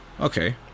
Okay